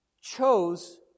chose